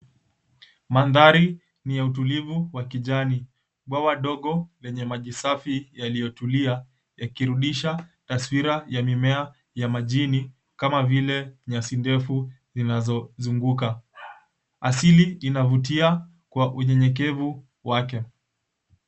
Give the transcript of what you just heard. Mandhari ni ya utulivu wa kijani. Bwawa dogo yenye maji safi yaliyotulia yakirudisha taswira ya mimea ya majini kama vile nyasi ndefu zinazo zunguka. Asili inavutia kwa unyenyekevu wake.